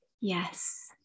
yes